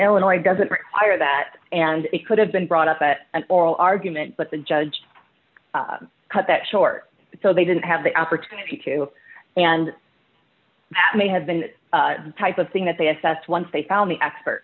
statute doesn't require that and it could have been brought up at an oral argument but the judge cut that short so they didn't have the opportunity to and may have been type of thing that they assessed once they found the experts